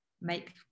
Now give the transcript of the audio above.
make